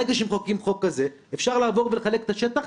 ברגע שמחוקקים חוק כזה אפשר לעבור ולחלק את השטח,